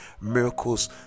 miracles